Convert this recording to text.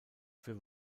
für